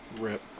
RIP